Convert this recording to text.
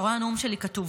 אתה רואה, הנאום שלי כתוב.